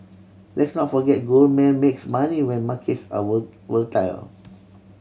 let's not forget Goldman makes money when markets are volatile